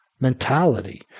mentality